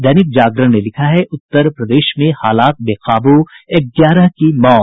दैनिक जागरण ने लिखा है उत्तर प्रदेश में हालात बेकाबू ग्यारह की मौत